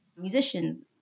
musicians